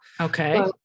Okay